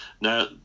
Now